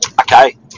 Okay